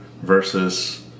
versus